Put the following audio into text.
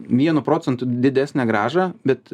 vienu procentu didesnę grąžą bet